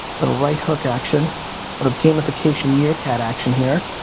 little right hook action, little gameification meerkat action here.